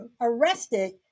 arrested